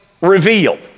revealed